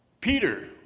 peter